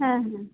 হ্যাঁ হ্যাঁ